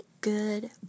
good